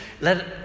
let